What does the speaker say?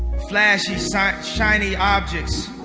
flashes ah shiny objects